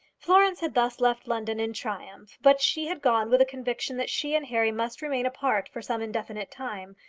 florence had thus left london in triumph, but she had gone with a conviction that she and harry must remain apart for some indefinite time,